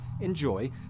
enjoy